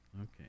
Okay